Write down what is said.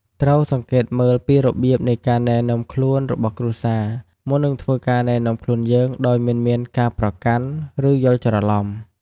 ត្រូវសង្កេតមើលពីរបៀបនៃការណែនាំខ្លួនរបស់គ្រួសារ មុននឹងធ្វើការណែនាំខ្លួនយើងដោយមិនមានការប្រកាន់ ឬយល់ច្រឡំ។